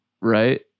right